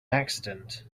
accident